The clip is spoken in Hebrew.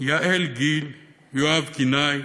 יעל גיל, יואב גינאי,